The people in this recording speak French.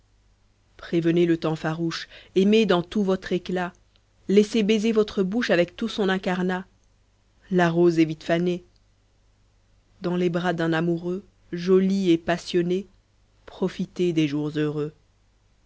prévenez le temps farouche aimez dans tout votre éclat laissez baiser votre bouche avec tout son incarnat la rose est vite fanée dans les bras d'un amoureux jolie et passionnée profitez des jours heureux